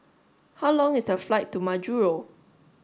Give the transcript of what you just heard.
how long is the flight to Majuro